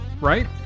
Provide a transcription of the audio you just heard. right